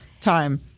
time